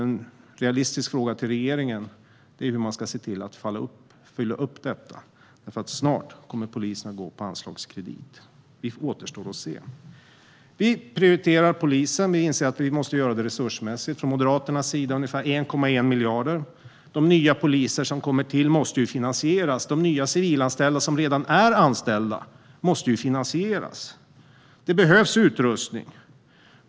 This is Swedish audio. En realistisk fråga till regeringen är hur man ska se till att fylla upp detta, för snart kommer polisen att gå på anslagskredit. Det återstår att se. Vi prioriterar polisen. Vi inser att vi måste göra det resursmässigt - från Moderaternas sida med ungefär 1,1 miljarder. De nya poliser som kommer till måste ju finansieras. De nya civilanställda som redan är anställda måste ju finansieras. Det behövs utrustning.